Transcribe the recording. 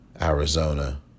Arizona